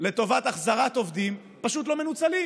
לטובת החזרת עובדים פשוט לא מנוצלים,